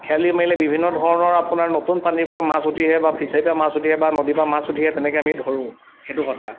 খেৱালি মাৰিলে বিভিন্ন ধৰণৰ আপোনাৰ নতুন পানীৰ পৰা মাছ উঠি আহে বা ফিছাৰীৰ পৰা মাছ উঠিহে বা নদীৰ পৰা মাছ উঠি আহে তেনেকৈ আমি ধৰোঁ সেইটো কথা